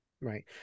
Right